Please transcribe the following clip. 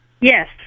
Yes